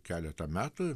keletą metų